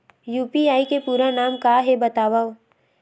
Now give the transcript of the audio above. UPI के पूरा नाम का हे बतावव?